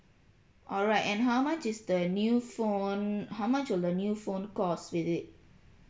alright and how much is the new phone how much will the new phone cost with it